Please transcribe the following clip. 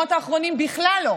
ובשבועות האחרונים בכלל לא.